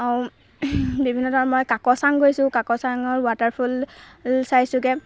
বিভিন্ন ধৰণৰ মই কাকচাং গৈছোঁ কাকচাঙৰ ৱাটাৰফল চাইছোঁগৈ